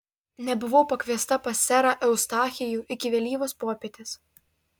nebuvau pakviesta pas serą eustachijų iki vėlyvos popietės